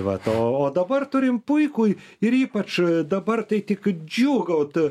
vat o dabar turim puikų ir ypač dabar tai tik džiūgaut